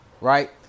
Right